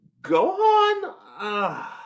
Gohan